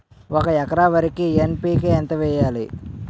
ఒక ఎకర వరికి ఎన్.పి.కే ఎంత వేయాలి?